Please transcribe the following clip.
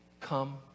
come